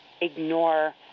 ignore